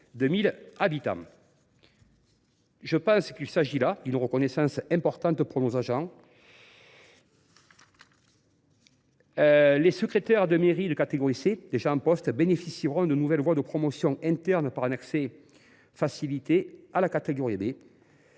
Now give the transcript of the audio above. de catégorie A. Je pense qu’il s’agit là d’une reconnaissance importante pour nos agents. Les secrétaires de mairie de catégorie C, déjà en poste, bénéficieront de nouvelles voies de promotion interne pour un accès facilité à la catégorie B.